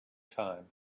time